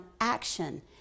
action